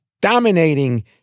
dominating